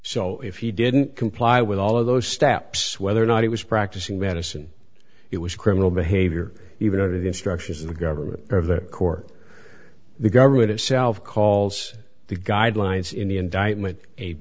so if he didn't comply with all of those steps whether or not he was practicing medicine it was criminal behavior even under the instructions of the government or of the court the government itself calls the guidelines in